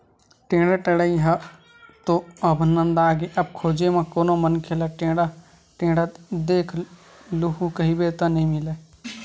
टेंड़ा टेड़ई ह तो अब नंदागे अब खोजे म कोनो मनखे ल टेंड़ा टेंड़त देख लूहूँ कहिबे त नइ मिलय